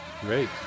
great